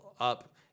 up